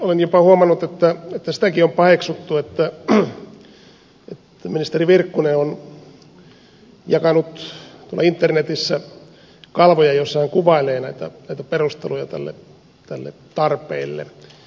olen jopa huomannut että sitäkin on paheksuttu että ministeri virkkunen on jakanut tuolla internetissä kalvoja joissa hän kuvailee näitä perusteluja tälle tarpeelle